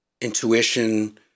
intuition